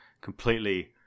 completely